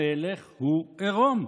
המלך הוא עירום.